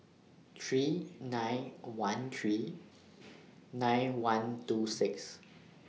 three nine one three nine one two six